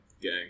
Gang